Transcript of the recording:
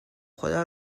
خدا